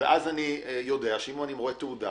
ואני יודע שאם אני רואה תעודה,